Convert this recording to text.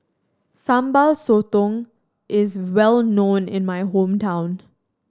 Sambal Sotong is well known in my hometown